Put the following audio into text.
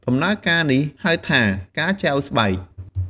ដំណើរការនេះហៅថា "ការចែវស្បែក"។